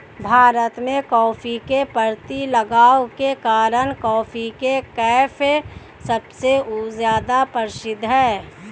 भारत में, कॉफ़ी के प्रति लगाव के कारण, कॉफी के कैफ़े सबसे ज्यादा प्रसिद्ध है